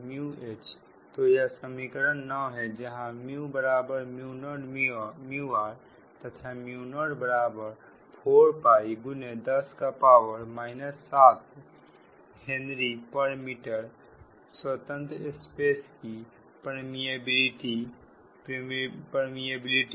BH तो यह समीकरणों 9 है जहां 0rतथा04x 10 7Hm स्वतंत्र स्पेस की परमीबिलिटी है